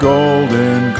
Golden